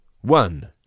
One